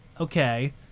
Okay